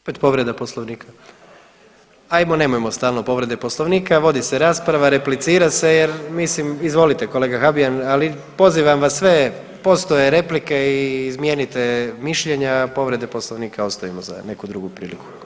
Opet povreda Poslovnika, ajmo nemojmo stalno povrede Poslovnika, vodi se rasprava, replicira se jer mislim, izvolite kolega Habijan, ali pozivam vas sve, postoje replike i izmijenite mišljenja, a povrede Poslovnika ostavimo za neku drugu priliku.